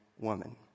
woman